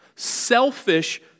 Selfish